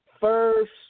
first